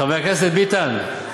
חבר הכנסת ביטן,